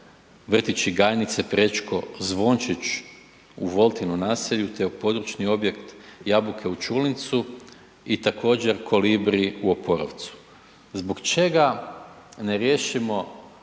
vrtići GAjnice, Prečko, Zvončić u Voltinom naselju, te područni objekt Jabuke u Čulincu i također Kolibri u Oporovcu. Zbog čega ne riješimo